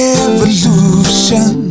evolution